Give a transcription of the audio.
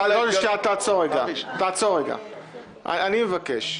אני מבקש.